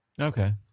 Okay